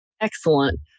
Excellent